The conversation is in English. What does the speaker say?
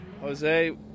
Jose